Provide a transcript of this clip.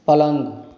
पलंग